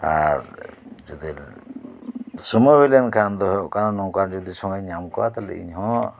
ᱟᱨ ᱡᱩᱫᱤ ᱥᱳᱢᱚᱭ ᱦᱩᱭ ᱞᱮᱱᱠᱷᱟᱱ ᱫᱚ ᱱᱚᱝᱠᱟ ᱡᱩᱫᱤ ᱥᱳᱢᱚᱭ ᱧᱟᱢ ᱠᱚᱜᱼᱟ ᱤᱧ ᱦᱚᱸ